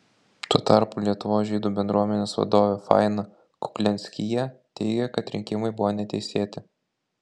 tuo tarpu lietuvos žydų bendruomenės vadovė faina kuklianskyje teigia kad rinkimai buvo neteisėti